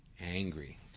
Angry